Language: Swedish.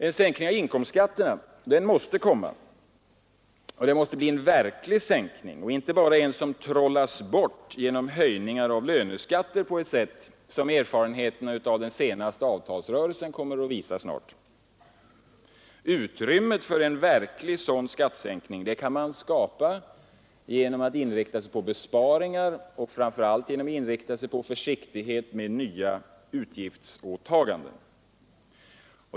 En sänkning av inkomstskatterna måste komma. Det måste bli en verklig sänkning och inte bara en som trollas bort genom höjningar av löneskatterna på ett sätt som erfarenheterna från den senaste avtalsrörelsen kommer att visa snart. Utrymmet för en verklig sådan skattesänkning kan man skapa genom att inrikta sig på besparingar och framför allt försiktighet med nya utgiftsåtaganden.